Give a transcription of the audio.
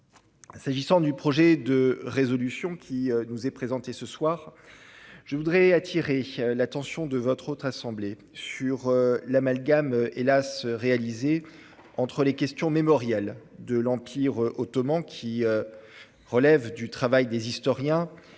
concerne le projet de résolution qui nous est présenté ce soir, je voudrais attirer l'attention de votre Haute Assemblée sur l'amalgame malheureusement réalisé entre les questions mémorielles de l'Empire ottoman, qui relèvent du travail des historiens,